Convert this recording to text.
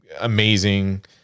amazing